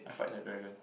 I fight like dragon